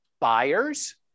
buyers